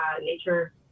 Nature